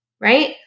right